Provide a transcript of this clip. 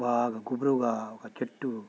బాగా గుబురుగా ఒక చెట్టు